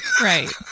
right